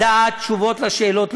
לקבל תשובות על השאלות,